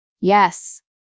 Yes